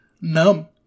numb